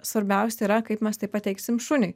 svarbiausia yra kaip mes tai pateiksim šuniui